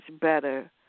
better